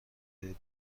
بدنت